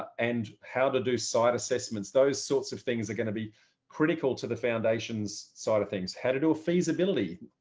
and how to do site assessments, those sorts of things are going to be critical to the foundation side of things, how to do a feasibility